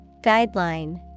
Guideline